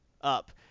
up –